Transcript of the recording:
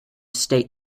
estate